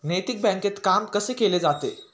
नैतिक बँकेत काम कसे केले जाते?